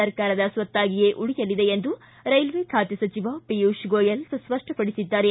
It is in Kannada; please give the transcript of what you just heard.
ಸರ್ಕಾರದ ಸ್ವತ್ತಾಗಿಯೇ ಉಳಿಯಲಿದೆ ಎಂದು ರೈಲ್ವೆ ಖಾತೆ ಸಚಿವ ಪಿಯೂಷ್ ಗೋಯಲ್ ಸ್ಪಷ್ಟಪಡಿಸಿದ್ದಾರೆ